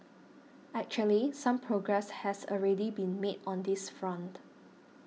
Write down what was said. actually some progress has already been made on this front